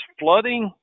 flooding